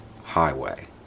Highway